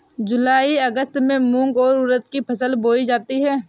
जूलाई अगस्त में मूंग और उर्द की फसल बोई जाती है